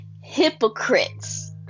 hypocrites